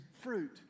fruit